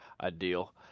ideal